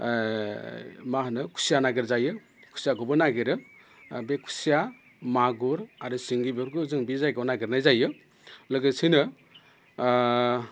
मा होनो खुसिया नागिरजायो खुसियाखौबो नागिरो बे खुसिया मागुर आरो सिंगिफोरखौ जों बे जायगायाव नागिरनाय जायो लोगोेसेयैनो